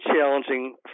challenging